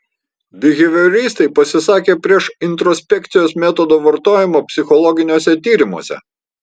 bihevioristai pasisakė prieš introspekcijos metodo vartojimą psichologiniuose tyrimuose